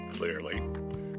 clearly